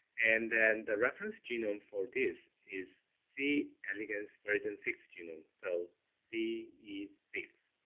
and then the reference genome for this is c. elegans version six genome, so c e six.